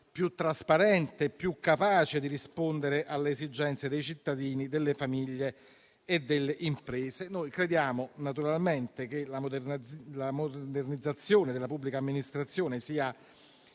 più trasparente e più capace di rispondere alle esigenze dei cittadini, delle famiglie e delle imprese. Noi crediamo che la modernizzazione della pubblica amministrazione sia